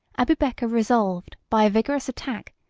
abubeker resolved, by a vigorous attack,